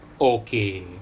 okay